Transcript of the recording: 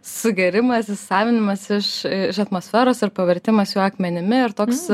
sugėrimas įsisavinimas iš iš atmosferos ir pavertimas akmenimi ir toks